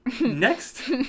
Next